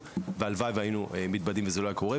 והלוואי והיינו מתבדים וזה לא היה קורה,